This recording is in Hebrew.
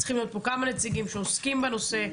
צריכים להיות כמה נציגים שעוסקים בנושא.